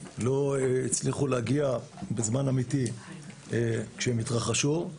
לא הצליחו להגיע בזמן אמיתי כשהן התרחשו.